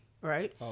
right